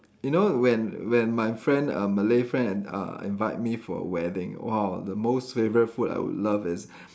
you know when when my friend uh Malay friend and uh invite me for a wedding !wow! the most favourite food I would love is